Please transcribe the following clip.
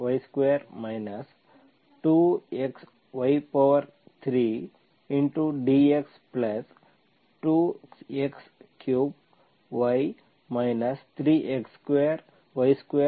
5 x43x2y2 2xy3 dx 2x3y 3x2y2 5y4 dy0